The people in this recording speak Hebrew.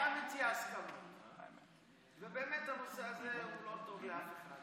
אתה מציע הסכמה, ובאמת הנושא הזה מאוד נוגע.